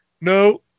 no